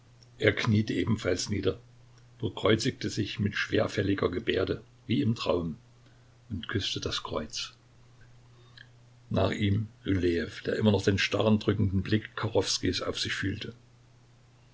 er kniete ebenfalls nieder bekreuzigte sich mit schwerfälliger gebärde wie im traum und küßte das kreuz nach ihm rylejew der immer noch den starren drückenden blick kachowskijs auf sich fühlte